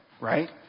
Right